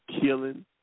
killing